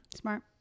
smart